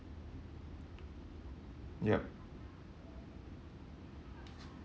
yup